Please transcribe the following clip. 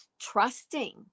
trusting